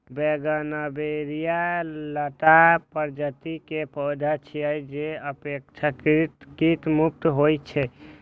bougainvillea लता प्रजाति के पौधा छियै, जे अपेक्षाकृत कीट मुक्त होइ छै